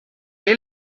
est